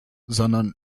sondern